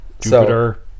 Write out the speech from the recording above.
jupiter